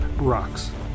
rocks